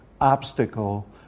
obstacle